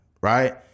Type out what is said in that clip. right